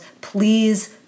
please